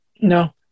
No